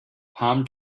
palm